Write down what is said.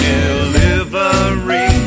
Delivery